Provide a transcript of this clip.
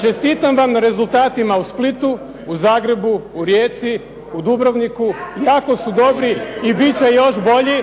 Čestitam vam na rezultatima u Splitu, u Zagrebu, u Rijeci, u Dubrovniku. Tako su dobri i bit će još bolji